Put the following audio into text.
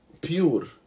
pure